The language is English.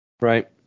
right